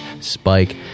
spike